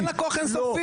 אין לה כוח אין סופי.